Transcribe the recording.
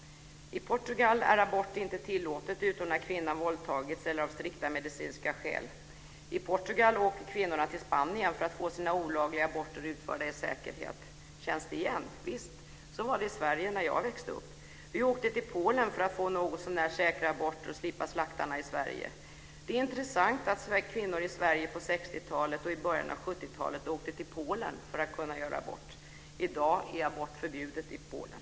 I Portugal är abort inte tillåten utom när kvinnan våldtagits eller av strikta medicinska skäl. I Portugal åker kvinnorna till Spanien för att få sina olagliga aborter utförda i säkerhet. Känns det igen? Visst, så var det i Sverige när jag växte upp. Vi åkte till Polen för att få något så när säkra aborter och slippa slaktarna i Sverige. Det är intressant att kvinnor i Sverige på 60-talet och i början på 70-talet åkte till Polen för att kunna göra aborter. I dag är abort förbjuden i Polen.